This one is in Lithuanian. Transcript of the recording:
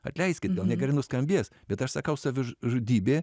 atleiskit gal negerai nuskambės bet aš sakau savižudybė